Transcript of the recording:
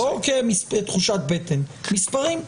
לא כתחושת בטן, מספרים.